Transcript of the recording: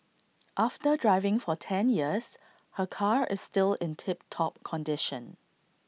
after driving for ten years her car is still in tip top condition